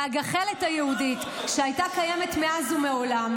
הגחלת היהודית שהייתה קיימת מאז ומעולם,